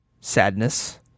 Sadness